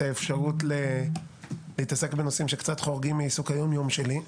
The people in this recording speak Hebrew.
האפשרות להתעסק בנושאים שקצת חורגים מעיסוק היום-יום שלי,